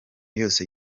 yose